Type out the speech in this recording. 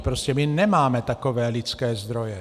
Prostě my nemáme takové lidské zdroje.